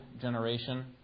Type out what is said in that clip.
generation